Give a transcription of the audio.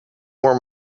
more